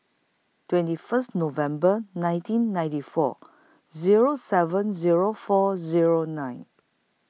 twenty First November nineteen ninety four Zero seven Zero four Zero nine